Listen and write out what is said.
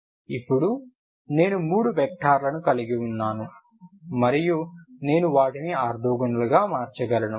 ఇప్పుడు నేను మూడు వెక్టర్లను కలిగి ఉన్నాను మరియు నేను వాటిని ఆర్తోగోనల్గా మార్చగలను